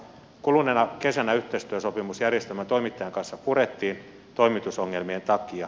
kuluneena kesänä yhteistyösopimus järjestelmän toimittajan kanssa purettiin toimitusongelmien takia